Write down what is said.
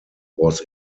was